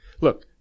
look